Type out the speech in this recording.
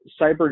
cyber